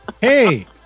Hey